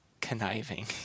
conniving